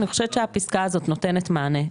ואני חושבת שהפסקה הזאת נותנת מענה.